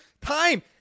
time